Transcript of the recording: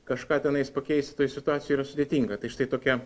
kažką tenais pakeisti toj situacijoj yra sudėtinga tai štai tokia